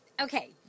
Okay